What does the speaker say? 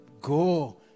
go